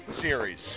series